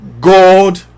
God